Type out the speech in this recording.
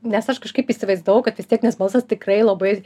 nes aš kažkaip įsivaizdavau kad vis tiek nes balsas tikrai labai